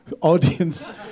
audience